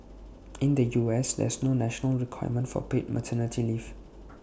in the us there's no national requirement for paid maternity leave